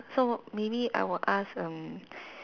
so maybe I will ask mm